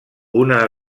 una